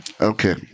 Okay